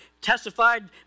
testified